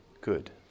good